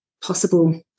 possible